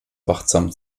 wachsam